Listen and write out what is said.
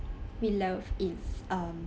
we love is um